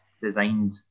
designed